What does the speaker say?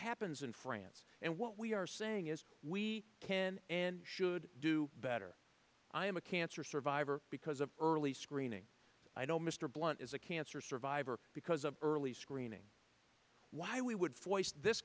happens in france and what we are saying is we can and should do better i am a cancer survivor because of early screening i don't mr blunt is a cancer survivor because of early screening why we would